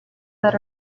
that